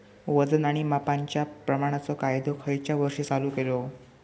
वजन आणि मापांच्या प्रमाणाचो कायदो खयच्या वर्षी चालू केलो?